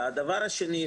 דבר שני,